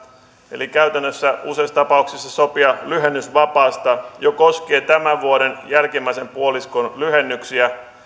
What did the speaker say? eli käytännössä useassa tapauksessa sopia lyhennysvapaasta koskien jo tämän vuoden jälkimmäisen puoliskon lyhennyksiä